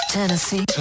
Tennessee